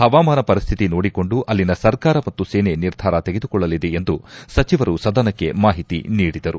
ಪವಾಮಾನ ಪರಿಸ್ತಿತಿ ನೋಡಿಕೊಂಡು ಅಲ್ಲಿನ ಸರ್ಕಾರ ಮತ್ತು ಸೇನೆ ನಿರ್ಧಾರ ತೆಗೆದುಕೊಳ್ಳಲಿದೆ ಎಂದು ಸಚಿವರು ಸದನಕ್ಕೆ ಮಾಹಿತಿ ನೀಡಿದರು